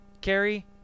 Carrie